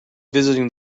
visiting